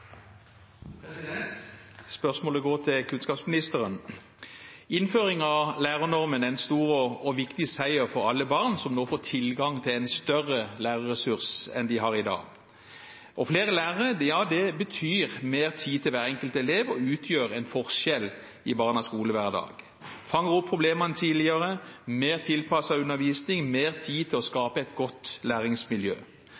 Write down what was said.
en stor og viktig seier for alle barn, som nå får tilgang til en større lærerressurs enn det de har i dag. Flere lærere betyr mer tid til hver enkelt elev og utgjør en forskjell i barnas skolehverdag – fanger opp problemene tidligere, mer tilpasset undervisning og gir mer tid til å